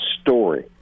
story